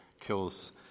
kills